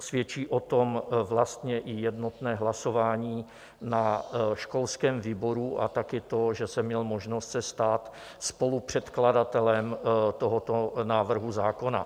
Svědčí o tom vlastně i jednotné hlasování na školském výboru a také to, že jsem měl možnost se stát spolupředkladatelem tohoto návrhu zákona.